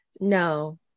no